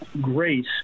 grace